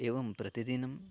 एवं प्रतिदिनं